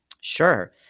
Sure